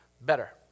better